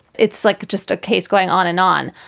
it's like just a case going on and on.